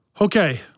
Okay